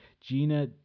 Gina